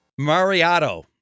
Mariotto